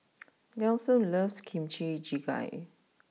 Nelson loves Kimchi Jjigae